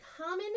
common